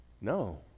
No